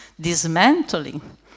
dismantling